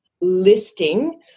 listing